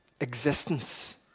Existence